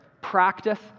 practice